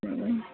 ಹ್ಞೂ